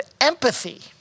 empathy